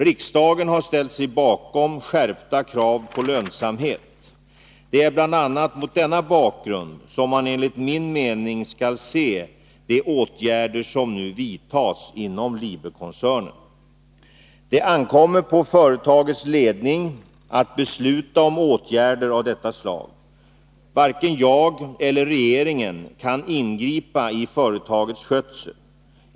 Riksdagen har ställt sig bakom skärpta krav på lönsamhet. Det är bl.a. mot denna bakgrund som man enligt min mening skall se de åtgärder som nu vidtas inom Liber-koncernen. Det ankommer på företagets ledning att besluta om åtgärder av detta slag. Varken jag eller regeringen kan ingripa i företagets skötsel.